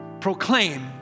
proclaim